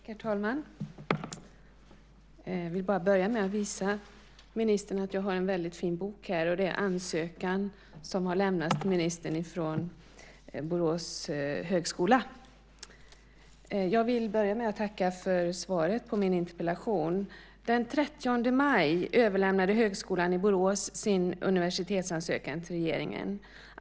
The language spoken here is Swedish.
Herr talman! Jag vill börja med att visa ministern att jag har en fin bok här. Det är ansökan som har lämnats till ministern från Borås högskola. Jag vill börja med att tacka för svaret på min interpellation. Den 30 maj överlämnade Högskolan i Borås sin universitetsansökan till regeringen.